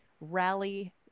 rally